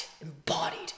embodied